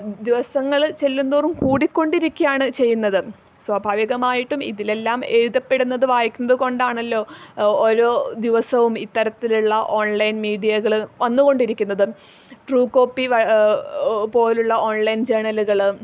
ദിവസങ്ങൾ ചെല്ലുന്തോറും കൂടിക്കൊണ്ടിരിക്കുകയാണ് ചെയ്യുന്നത് സ്വാഭാവികമായിട്ടും ഇതിലെല്ലാം എഴുതപ്പെടുന്നത് വായിക്കുന്നത് കൊണ്ടാണല്ലൊ ഓരോ ദിവസവും ഇത്തരത്തിൽ ഉള്ള ഓൺലൈൻ മീഡിയകൾ വന്ന് കൊണ്ടിരിക്കുന്നത് ട്രൂ കോപ്പി പോലുള്ള ഓൺലൈൻ ജേണലുകൾ